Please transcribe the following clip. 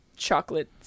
chocolate